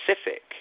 specific